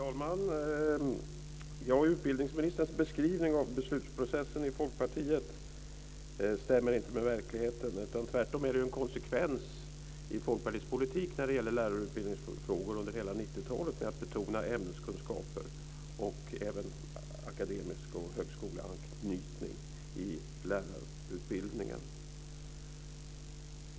Fru talman! Utbildningsministerns beskrivning av beslutsprocessen i Folkpartiet stämmer inte med verkligheten. Tvärtom har Folkpartiet varit konsekvent under hela 90-talet med att betona ämneskunskaper i lärarutbildningen, liksom akademisk anknytning och högskoleanknytning.